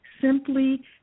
Simply